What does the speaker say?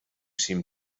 seem